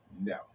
No